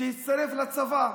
שהצטרף לצבא.